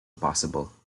possible